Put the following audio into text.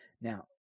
Now